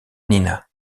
nina